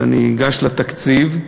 אני אגש לתקציב.